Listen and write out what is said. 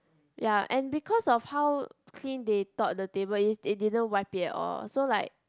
ya and because of how clean they thought the table is they didn't wipe it at all so like